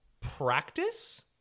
practice